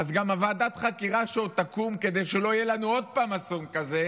ועדת החקירה שעוד תקום כדי שלא יהיה לנו עוד פעם אסון כזה